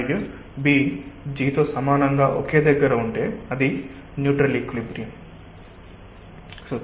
మరియు B G తో సమానంగా ఒకే దగ్గర ఉంటే అది న్యూట్రల్ ఈక్విలిబ్రియమ్